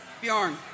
Bjorn